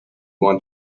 want